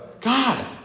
God